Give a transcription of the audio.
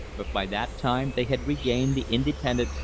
but by that time they had regained the independent,